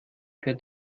fährt